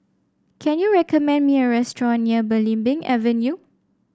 can you recommend me a restaurant near Belimbing Avenue